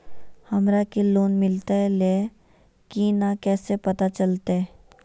हमरा के लोन मिलता ले की न कैसे पता चलते?